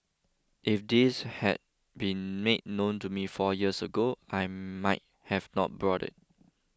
if this had been made known to me four years ago I might have not bought it